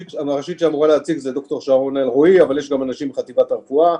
יש אנשים מחטיבת הרפואה.